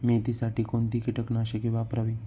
मेथीसाठी कोणती कीटकनाशके वापरावी?